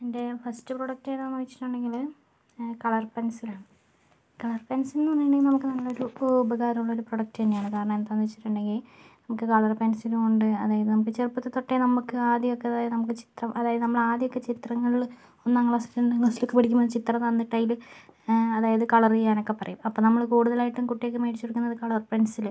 എൻ്റെ first product ഏതാന്നു ചോദിച്ചിട്ടുണ്ടെങ്കില് കളർ പെൻസിലാണ് കളർ പെൻസിൽ എന്നു പറഞ്ഞിട്ടുണ്ടെങ്കില് നമുക്ക് നല്ലൊരു ഉ ഉപകാരം ഉള്ളൊരു പ്രോഡക്റ്റ് തന്നെയാണ് കാരണം എന്താന്നുവെച്ചിട്ടുണ്ടെങ്കിൽ നമുക്ക് കളർ പെൻസിലുകൊണ്ട് അതായത് നമുക്ക് ചെറുപ്പത്തിൽ തൊട്ടേ നമുക്ക് ആദ്യമൊക്കെ അതായത് നമുക്ക് ചിത്രം അതായത് നമ്മൾ ആദ്യമൊക്കെ ചിത്രങ്ങളില് ഒന്നാം ക്ലാസ്സില് രണ്ടാം ക്ലാസ്സില് ഒക്കെ പഠിക്കുമ്പോൾ ചിത്രം തന്നിട്ടതില് അതായത് കളറെയ്യാനൊക്കെ പറയും അപ്പം നമ്മള് കൂടുതലായിട്ടും കുട്ടികൾക്ക് മേടിച്ച് കൊടുക്കുന്നത് കളർ പെൻസില്